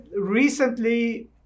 recently